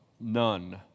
None